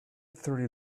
thirty